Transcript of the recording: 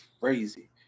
crazy